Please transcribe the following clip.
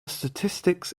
statistics